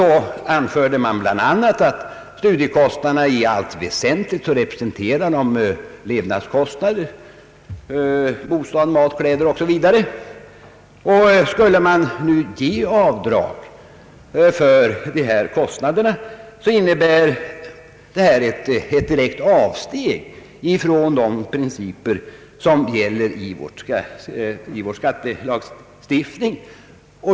Då anförde man bl.a. att studiekostnaderna i allt väsentligt representerar levnadskostnader — kostnader för bostad, mat, kläder m.m. Skulle man medge avdragsrätt för dessa kostnader skulle det innebära ett direkt avsteg från de principer som gäller i vår skattelagstiftning.